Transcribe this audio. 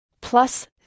plus